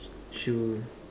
shoe